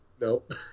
Nope